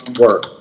work